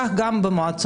כך גם במועצות.